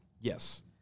Yes